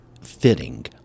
fitting